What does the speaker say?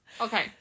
Okay